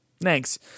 Thanks